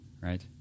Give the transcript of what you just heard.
right